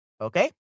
okay